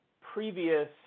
previous